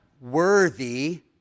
worthy